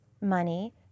money